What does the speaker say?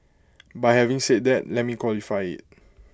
but having said that let me qualify IT